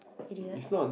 idiot